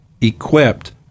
equipped